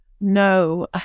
No